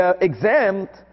exempt